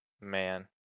Man